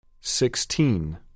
Sixteen